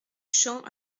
champ